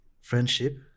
friendship